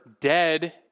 dead